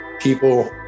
people